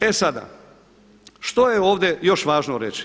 E sada, što je ovdje još važno reći?